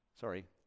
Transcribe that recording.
Sorry